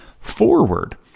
forward